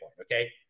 okay